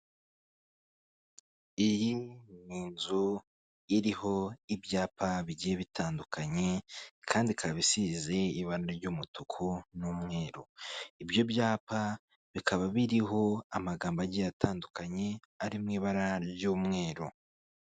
Iyi ni inzu iriho ibyapa bigiye bitandukanye kandi ikaba isize ibara ry'umutuku n'umweru, ibyo byapa bikaba biriho amagambo agiye atandukanye ari mu ibara ry'umweru.